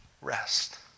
rest